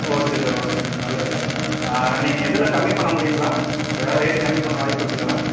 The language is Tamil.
ஓகே சார் ஓகே சார் நல்லது ஆ நீங்கள் இதில் கம்மி பண்ண முடியும்ங்களா எதாவது ரேட்டு கம்மி பண்ண வாய்ப்புருக்குங்களா